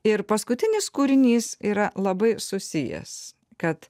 ir paskutinis kūrinys yra labai susijęs kad